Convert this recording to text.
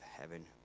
heaven